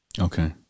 Okay